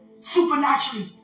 supernaturally